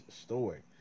story